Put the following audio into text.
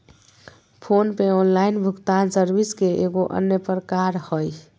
phone पे online भुगतान service के एगो अन्य प्रकार हय